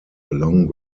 along